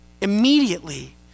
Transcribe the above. immediately